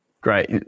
Great